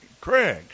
Craig